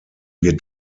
wird